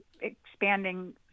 expanding